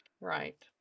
right